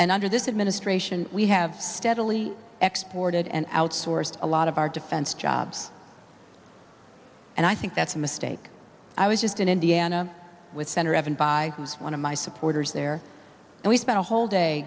and under this administration we have steadily export and outsourced a lot of our defense jobs and i think that's a mistake i was just in indiana with senator evan by who's one of my supporters there and we spent a whole day